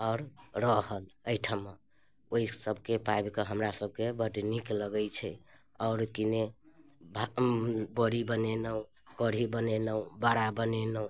आओर रहल एहिठाम ओहिसबके पाबिके हमरासबके बड़ नीक लगै छै आओर कि ने बड़ी बनेलहुँ कढ़ी बनेलहुँ बड़ा बनेलहुँ